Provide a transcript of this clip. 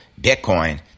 Bitcoin